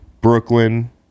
Brooklyn